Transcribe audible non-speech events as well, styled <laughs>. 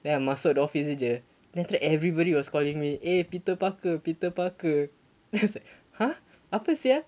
then I masuk the office jer then after that everybody was calling me eh peter parker peter parker <laughs> then I was like !huh! apa sia